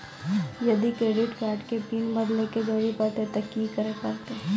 यदि credit card के pin बदले के जरूरी परतै ते की करे परतै?